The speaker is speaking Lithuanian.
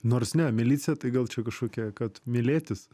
nors ne milicija tai gal čia kažkokia kad mylėtis